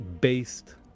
based